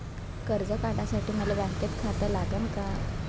कर्ज काढासाठी मले बँकेत खातं लागन का?